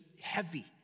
heavy